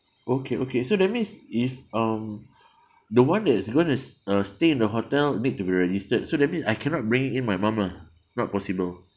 okay okay so that means if um the one that's going to s~ uh stay in the hotel need to be registered so that means I cannot bring in my mum lah not possible